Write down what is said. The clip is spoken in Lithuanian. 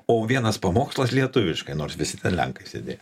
o vienas pamokslas lietuviškai nors visi lenkai sėdėjo